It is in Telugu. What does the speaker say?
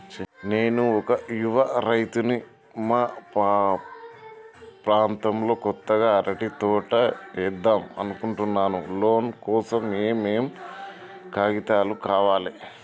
నేను ఒక యువ రైతుని మా ప్రాంతంలో కొత్తగా అరటి తోట ఏద్దం అనుకుంటున్నా లోన్ కోసం ఏం ఏం కాగితాలు కావాలే?